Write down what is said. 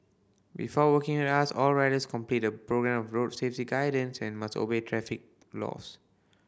before working with us all riders complete a programme of road safety guidance and must obey traffic laws